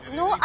no